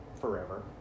forever